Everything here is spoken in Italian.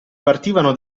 partivano